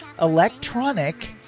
Electronic